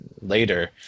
later